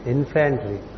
Infantry